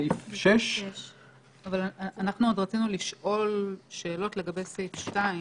ג) אדם שקיבל הודעה לפי סעיף קטן (א),